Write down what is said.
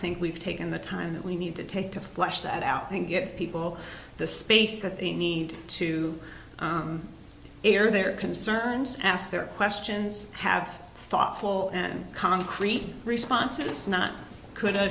think we've taken the time that we need to take to flesh that out think get people the space that they need to hear their concerns ask their questions have thoughtful and concrete responses not could o